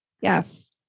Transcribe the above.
yes